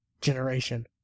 generation